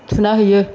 थुना हैयो